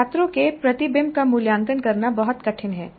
छात्रों के प्रतिबिंब का मूल्यांकन करना बहुत कठिन है